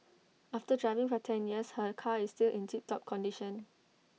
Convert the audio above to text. after driving for ten years her car is still in tip top condition